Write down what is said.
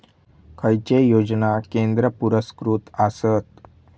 खैचे योजना केंद्र पुरस्कृत आसत?